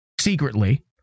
Secretly